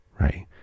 right